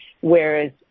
Whereas